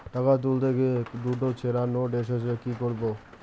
টাকা তুলতে গিয়ে দুটো ছেড়া নোট এসেছে কি করবো?